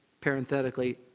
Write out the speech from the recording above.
parenthetically